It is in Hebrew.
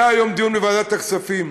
היה היום דיון בוועדת הכספים.